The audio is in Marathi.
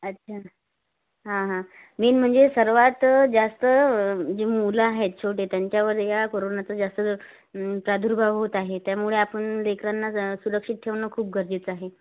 अच्छा हां हां मेन म्हणजे सर्वात जास्त जे मुलं आहेत छोटे त्यांच्यावर या करोनाचा जास्त प्रादुर्भाव होत आहे त्यामुळे आपण लेकरांना जा सुरक्षित ठेवणं खूप गरजेचं आहे